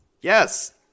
Yes